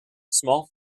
small